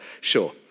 sure